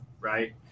Right